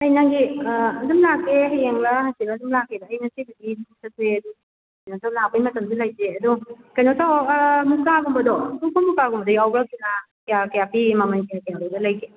ꯑꯩ ꯅꯪꯒꯤ ꯑꯗꯨꯝ ꯂꯥꯛꯀꯦ ꯍꯌꯦꯡꯂ ꯍꯥꯡꯆꯤꯠꯂ ꯑꯗꯨꯝ ꯂꯥꯛꯀꯦꯕ ꯑꯩ ꯉꯁꯤꯕꯨꯗꯤ ꯊꯕꯛ ꯆꯠꯊꯣꯛꯑꯦ ꯑꯗꯣ ꯀꯩꯅꯣ ꯇꯧ ꯂꯥꯛꯄꯩ ꯃꯇꯝꯁꯨ ꯂꯩꯇꯦ ꯑꯗꯣ ꯀꯩꯅꯣ ꯇꯧꯔꯣ ꯃꯨꯀꯥꯒꯨꯝꯕꯗꯣ ꯈꯨꯔꯈꯨꯜ ꯃꯨꯀꯥꯒꯨꯝꯕꯗꯣ ꯌꯥꯎꯒꯕ꯭ꯔꯥ ꯀꯌꯥ ꯀꯌꯥ ꯄꯤꯔꯤ ꯃꯃꯟꯁꯦ